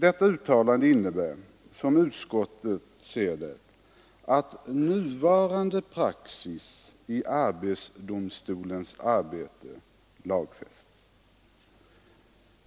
Detta uttalande innebär, som utskottet ser det, att nuvarande praxis i arbetsdomstolens arbete lagfästs.